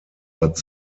but